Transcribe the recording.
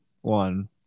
One